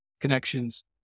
connections